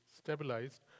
stabilized